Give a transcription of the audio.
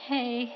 Hey